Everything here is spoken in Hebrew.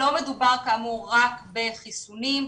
לא מדובר רק בחיסונים,